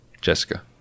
Jessica